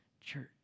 church